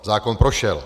Zákon prošel.